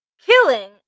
killing